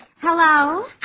Hello